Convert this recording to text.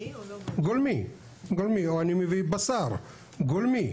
גולמי או אני מביא בשר גולמי